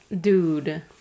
Dude